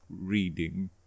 reading